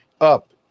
up